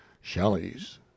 shelley's